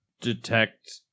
detect